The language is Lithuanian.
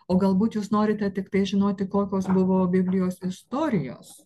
o galbūt jūs norite tiktai žinoti kokios buvo biblijos istorijos